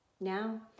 Now